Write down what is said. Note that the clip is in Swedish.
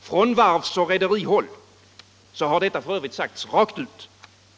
Från varvsoch rederihåll har detta f. ö. sagts rakt ut.